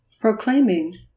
proclaiming